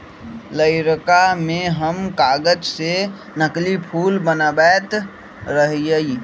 लइरका में हम कागज से नकली फूल बनबैत रहियइ